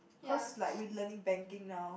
cause like we learning banking now